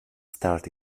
start